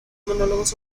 monólogos